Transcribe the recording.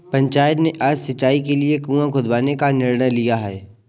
पंचायत ने आज सिंचाई के लिए कुआं खुदवाने का निर्णय लिया है